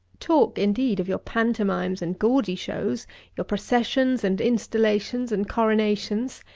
talk, indeed, of your pantomimes and gaudy shows your processions and installations and coronations!